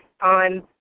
on